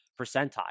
percentile